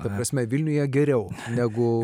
ta prasme vilniuje geriau negu